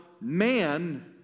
man